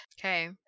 Okay